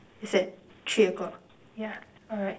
it's at three o-clock yeah alright